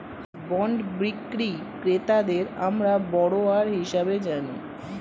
bond বিক্রি ক্রেতাদের আমরা বরোয়ার হিসেবে জানি